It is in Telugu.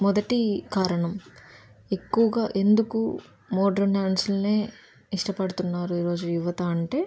మొదటి కారణం ఎక్కువగా ఎందుకు మోడ్రన్ డ్యాన్సులనే ఇష్టపడుతున్నారు ఈరోజు యువత అంటే